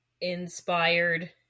inspired